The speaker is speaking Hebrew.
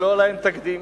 שלא היה להם תקדים,